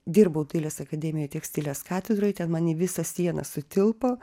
dirbau dailės akademijoj tekstilės katedroj ten man į visą sieną sutilpo